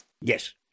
Yes